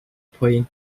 playing